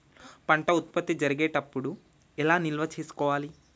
పంట ఉత్పత్తి జరిగేటప్పుడు ఎలా నిల్వ చేసుకోవాలి?